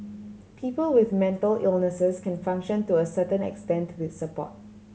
people with mental illnesses can function to a certain extent with support